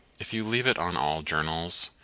if you leave it on all journals,